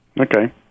Okay